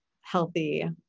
healthy